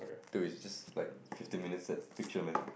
dude it's just like fifteen minutes that picture man